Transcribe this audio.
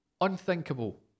Unthinkable